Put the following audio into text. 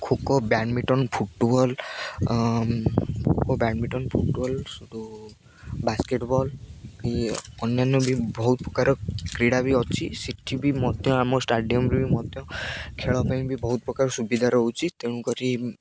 kho kho badminton football kho kho badminton football ସେଇଠୁ basketball ଅନ୍ୟାନ୍ୟ ବି ବହୁତ ପ୍ରକାର କ୍ରୀଡ଼ା ବି ଅଛି ସେଠି ବି ମଧ୍ୟ ଆମ ଷ୍ଟାଡ଼ିୟମ୍ରେ ବି ମଧ୍ୟ ଖେଳ ପାଇଁ ବି ବହୁତ ପ୍ରକାର ସୁବିଧା ରହୁଛି ତେଣୁକରି